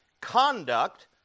conduct